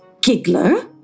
Giggler